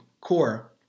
core